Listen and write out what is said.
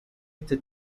este